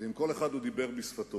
ועם כל אחד דיבר בשפתו,